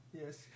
Yes